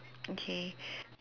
okay